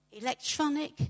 electronic